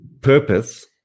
purpose